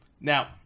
Now